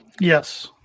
Yes